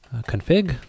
config